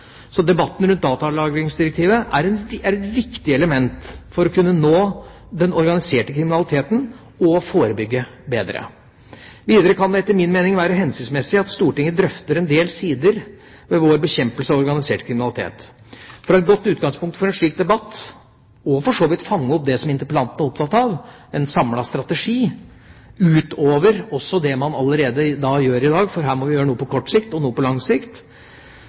Så debatten rundt datalagringsdirektivet er et viktig element for å kunne nå den organiserte kriminaliteten og forebygge bedre. Videre kan det etter min mening være hensiktsmessig at Stortinget drøfter en del sider ved vår bekjempelse av organisert kriminalitet. For å ha et godt utgangspunkt for en slik debatt – og for så vidt fange opp det som interpellanten er opptatt av, en samlet strategi utover det man allerede gjør i dag, for her må vi gjøre noe på kort sikt og noe på lang sikt